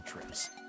trips